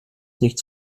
nichts